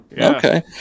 Okay